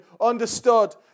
understood